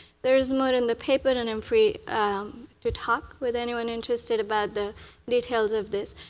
there's more in the paper and i'm free to talk with anyone interested about the details of this.